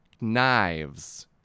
Knives